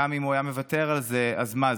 גם אם הוא היה מוותר על זה, אז מה?